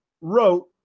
wrote